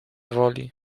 woli